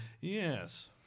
Yes